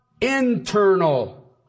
internal